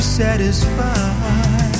satisfied